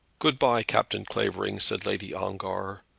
good-by, captain clavering, said lady ongar.